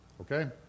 Okay